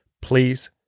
please